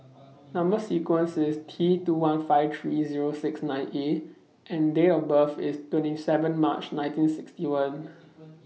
Number sequence IS T two one five three Zero six nine A and Date of birth IS twenty seven March nineteen sixty one